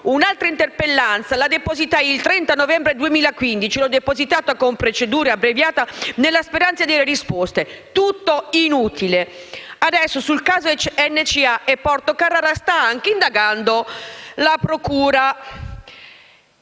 Un'altra interpellanza la depositai il 30 novembre 2015, con procedura abbreviata nella speranza di avere risposta: tutto inutile. Adesso sul caso NCA e del Porto di Carrara sta anche indagando la procura,